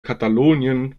katalonien